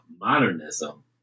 modernism